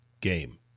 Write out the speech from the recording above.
game